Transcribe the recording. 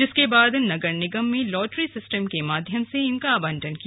जिसके बाद नगर निगम में लॉटरी सिस्टम के माध्यम से इनका आंवटन किया